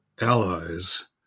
allies